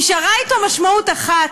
נשארה איתו משמעות אחת: